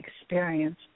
experience